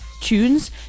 tunes